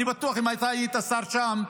אני בטוח שאם אתה היית שר שם,